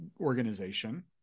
organization